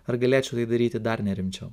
ar galėčiau tai daryti dar nerimčiau